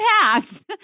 pass